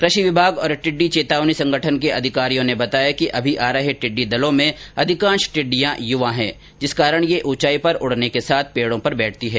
कृषि विभाग और टिड्डी चेतावनी संगठन के अधिकारियों ने बताया कि अभी आ रहे टिड्डी दलों में अधिकांश टिड्डियां युवा है जिस कारण ये ऊंचाई पर उडने के साथ पेडो पर बैठती है